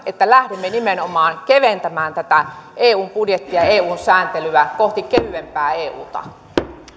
että lähdemme nimenomaan keventämään tätä eun budjettia ja eun sääntelyä kohti kevyempää euta